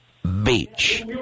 Beach